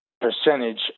percentage